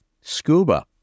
SCUBA